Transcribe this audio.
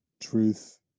truth